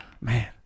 man